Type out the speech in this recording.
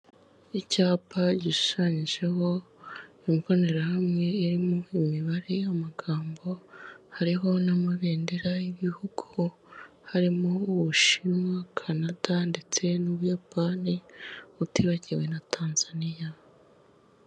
Icyapa gishushanyijeho imbonerahamwe irimo imibare y'amagambo, hariho n'amabendera y'igihugu, harimo Ubushinwa, Canada ndetse n'Ubuyapani utibagiwe na Tanzania.